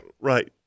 Right